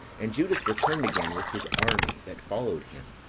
and judas returned again with his army that followed him.